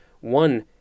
One